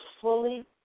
fully